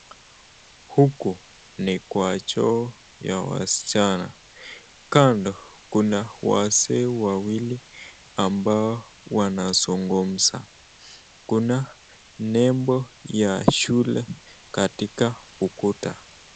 Choo ya wasichana na kando kuna wazee wawili ambao wanazungumza, kuna lebo ya shule katika ukuta.